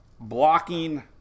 blocking